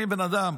גם אם בן אדם,